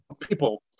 people